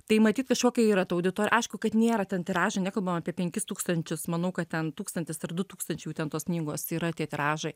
tai matyt kažkokia yra ta auditorija aišku kad nėra ten tiražai nekalbam apie penkis tūkstančius manau kad ten tūkstantis ar du tūkstančiai jau ten tos knygos yra tie tiražai